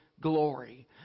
glory